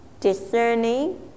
discerning